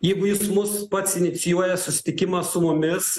jeigu jis mus pats inicijuoja susitikimą su mumis